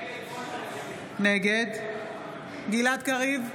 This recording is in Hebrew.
נגד גלעד קריב,